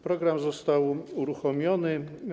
Program został uruchomiony.